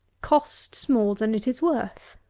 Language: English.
costs more than it is worth!